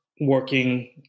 working